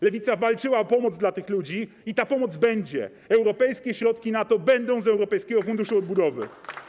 Lewica walczyła o pomoc dla tych ludzi i ta pomoc będzie, europejskie środki na to będą z Europejskiego Funduszu Odbudowy.